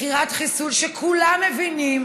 מכירת חיסול, שכולם מבינים